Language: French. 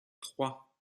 trois